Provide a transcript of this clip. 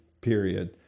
period